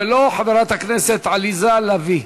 אם לא, חברת הכנסת עליזה לביא.